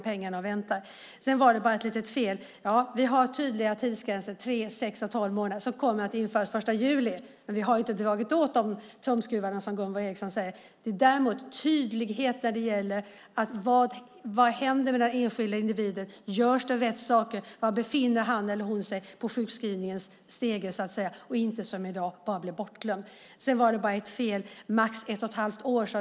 Sedan var det ett litet fel. Vi har tydliga tidsgränser, tre, sex och tolv månader, som kommer att införas den 1 juli, men vi har inte dragit åt de tumskruvarna, som Gunvor G Ericson säger. Däremot finns det tydlighet när det gäller vad som händer med den enskilda individen. Görs det rätt saker? Var befinner han eller hon sig på sjukskrivningens stege? Det är inte som i dag, att man bara blir bortglömd. Gunvor G Ericson sade att det var max ett och ett halvt år.